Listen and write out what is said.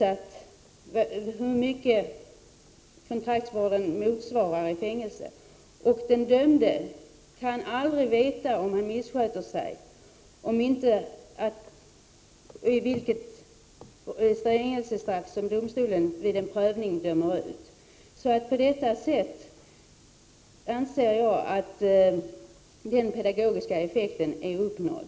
Men den dömde kan aldrig veta vilket fängelsestraff domstolen, om han missköter sig, dömer ut vid en prövning. På detta sätt anser jag att den pedagogiska effekten är uppnådd.